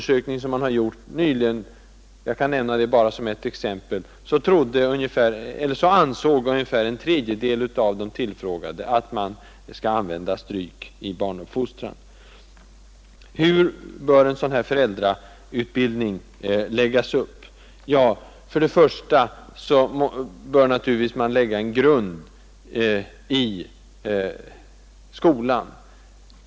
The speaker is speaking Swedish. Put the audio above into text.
Som ett exempel kan jag nämna en undersökning som nyligen gjordes, där ungefär en tredjedel av de tillfrågade ansåg att man skall använda stryk i barnuppfostran. Hur bör en föräldrautbildning läggas upp? Naturligtvis bör grunden läggas i skolan.